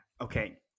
Okay